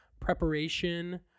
preparation